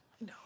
No